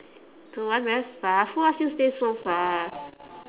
don't want very far who ask you stay so far